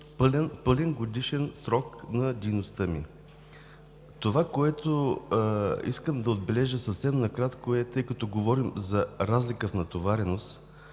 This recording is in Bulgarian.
пълен годишен срок на дейността ми. Това, което искам да отбележа съвсем накратко, е, тъй като говорим за разлика в натовареност,